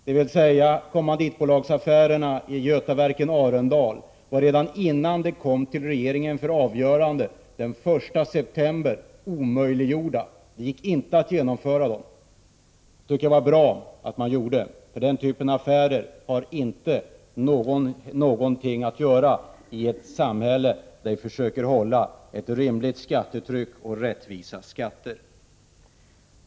Dvs. kommanditbolagsaffärerna i Götaverken Arendal var redan innan de kom till regeringen för avgörande den 1 september omöjliggjorda. Det gick inte att genomföra dem. Prot. 1988/89:46 Det tycker jag var bra. Den typen av affärer hör inte hemma i ett samhälle där 15 december 1988 i försöker hålla ett rimligt skattetryck och rättvi: katter.